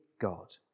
God